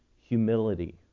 humility